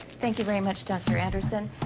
thank you very much, dr. anderson.